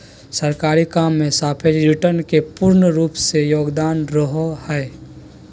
सरकारी काम मे सापेक्ष रिटर्न के पूर्ण रूप से योगदान रहो हय